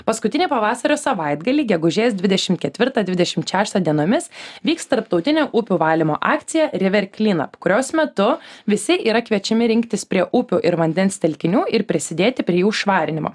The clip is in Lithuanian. paskutinį pavasario savaitgalį gegužės dvidešim ketvirtą dvidešim šeštą dienomis vyks tarptautinė upių valymo akcija river cleanup kurios metu visi yra kviečiami rinktis prie upių ir vandens telkinių ir prisidėti prie jų švarinimo